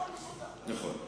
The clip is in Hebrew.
נכון.